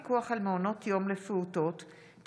חוק הפיקוח על מעונות יום לפעוטות (תיקון,